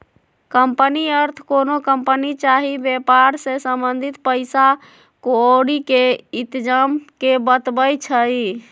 company अर्थ कोनो company चाही वेपार से संबंधित पइसा क्औरी के इतजाम के बतबै छइ